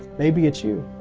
maybe it's you.